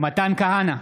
מתן כהנא,